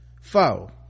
four